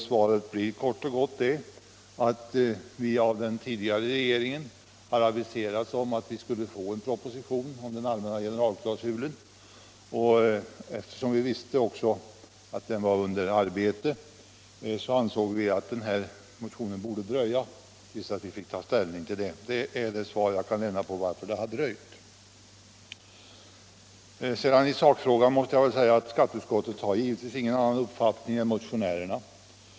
Svaret blir kort och gott att den tidigare regeringen hade aviserat en proposition om den s.k. generalklausulen, och eftersom vi visste att det arbetet pågick ansåg vi att vi borde vänta med att behandla motionen till dess att vi fick ta ställning till propositionen. I sakfrågan har skatteutskottet givetvis ingen annan uppfattning än motionärerna.